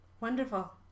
Wonderful